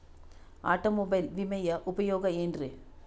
Automobile ವಿಮೆಯ ಉಪಯೋಗ ಏನ್ರೀ?